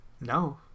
No